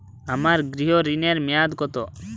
আমার গৃহ ঋণের মেয়াদ কত?